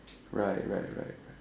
right right right right